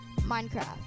Minecraft